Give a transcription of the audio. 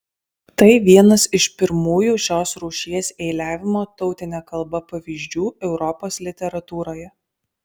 tai vienas iš pirmųjų šios rūšies eiliavimo tautine kalba pavyzdžių europos literatūroje